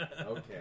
Okay